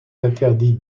interdit